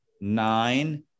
nine